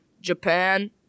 Japan